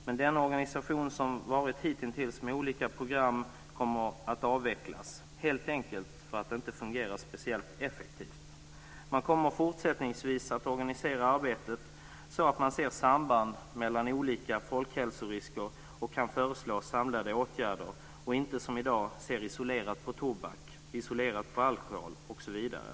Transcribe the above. Men den organisation som funnits hitintills med olika program kommer att avvecklas - helt enkelt för att den inte har fungerat speciellt effektivt. Man kommer fortsättningsvis att organisera arbetet så att man ser samband mellan olika folkhälsorisker och kan föreslå samlade åtgärder och inte som i dag ser isolerat på tobak, ser isolerat på alkohol, osv.